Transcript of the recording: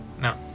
no